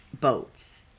boats